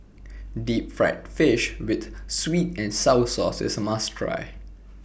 Deep Fried Fish with Sweet and Sour Sauce IS A must Try